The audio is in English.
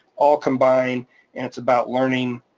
all combined, and it's about learning.